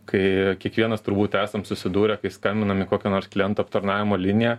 kai kiekvienas turbūt esam susidūrę kai skambinam į kokią nors klientų aptarnavimo liniją